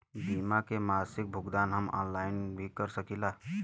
बीमा के मासिक भुगतान हम ऑनलाइन भी कर सकीला?